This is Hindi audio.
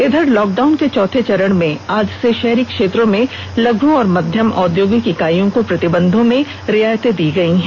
इधर लॉकडाउन के चौथे चरण में आज से शहरी क्षेत्रों में लघ् और मध्यम औदयोगिक इकाइयों को प्रतिबंधों में रियायते दी गई है